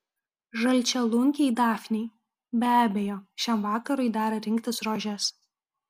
žalčialunkiai dafnei be abejo šiam vakarui dera rinktis rožes